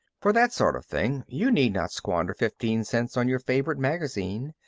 for that sort of thing you need not squander fifteen cents on your favorite magazine.